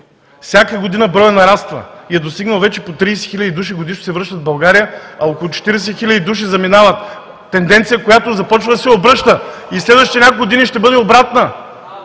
Всяка година броят нараства и е достигнал вече по 30 хиляди души годишно, които се връщат в България, а около 40 хиляди души заминават – тенденция, която започва да се обръща и в следващите няколко години ще бъде обратна.